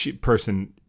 person